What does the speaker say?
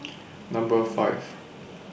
Number five